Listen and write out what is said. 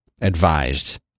advised